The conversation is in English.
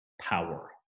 power